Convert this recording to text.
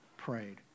prayed